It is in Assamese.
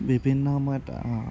বিভিন্ন সময়ত